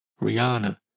Rihanna